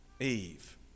Eve